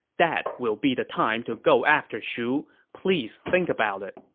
that will be the time to go after shu. please think about it.